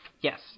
yes